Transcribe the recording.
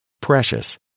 precious